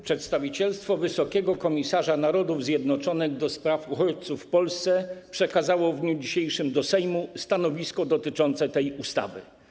Przedstawicielstwo wysokiego komisarza Narodów Zjednoczonych do spraw uchodźców w Polsce przekazało w dniu dzisiejszym do Sejmu stanowisko dotyczące tej ustawy.